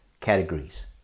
categories